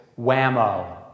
whammo